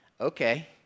okay